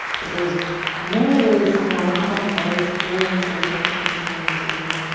that there is usually someone out there experiencing something similar to you.